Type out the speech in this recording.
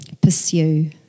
pursue